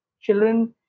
children